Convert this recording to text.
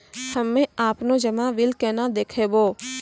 हम्मे आपनौ जमा बिल केना देखबैओ?